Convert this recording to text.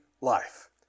life